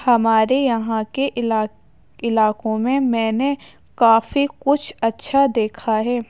ہمارے یہاں کے علاقوں میں میں نے کافی کچھ اچھا دیکھا ہے